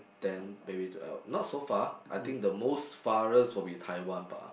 then maybe to uh not so far I think the most farthest will be Taiwan bah